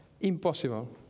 impossible